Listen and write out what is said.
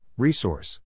Resource